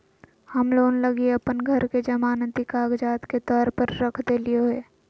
हम लोन लगी अप्पन घर के जमानती कागजात के तौर पर रख देलिओ हें